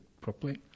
properly